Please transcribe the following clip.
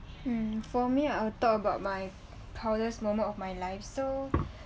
um for me I'll talk about my proudest moment of my life so